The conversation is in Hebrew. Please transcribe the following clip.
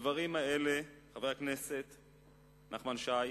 בדברים האלה, חבר הכנסת שי,